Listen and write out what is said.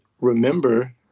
remember